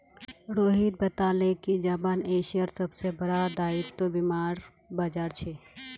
रोहित बताले कि जापान एशियार सबसे बड़ा दायित्व बीमार बाजार छे